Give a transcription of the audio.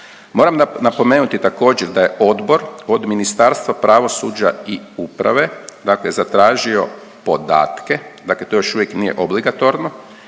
Moram napomenuti također da je odbor od Ministarstva pravosuđa i uprave, dakle zatražio podatke, dakle to još uvijek nije obligatorno